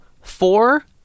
four